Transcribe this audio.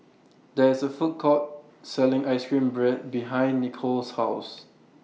There IS A Food Court Selling Ice Cream Bread behind Nicole's House